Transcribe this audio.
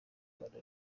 rwanda